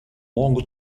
longo